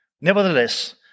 Nevertheless